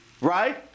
Right